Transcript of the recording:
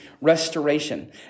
restoration